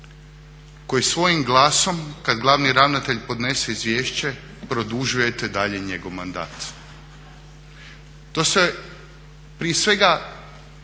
koji svojim glasom kada glavni ravnatelj podnese izvješće produžujete dalje njegov mandat. To se prije svega